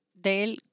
del